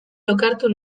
lokartu